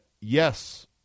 yes